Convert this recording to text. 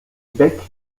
becs